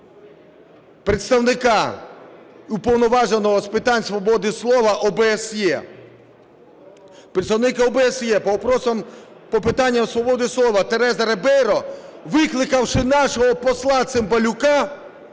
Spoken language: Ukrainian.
представника Уповноваженого з питань свободи слова ОБСЄ. Представник ОБСЄ з питання свободи слова Тереза Рібейро, викликавши нашого посла Цимбалюка,